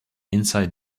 inside